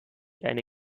eine